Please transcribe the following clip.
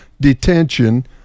detention